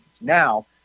Now